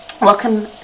welcome